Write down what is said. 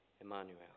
Emmanuel